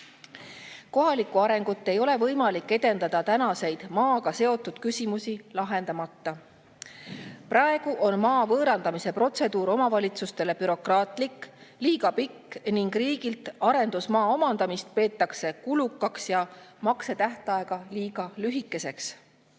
hääbuma. Kohalikku arengut ei ole võimalik edendada maaga seotud küsimusi lahendamata. Praegu on maa võõrandamise protseduur omavalitsustele bürokraatlik ja liiga pikk ning riigilt arendusmaa omandamist peetakse kulukaks ja maksetähtaega liiga lühikeseks. Täna